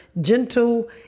gentle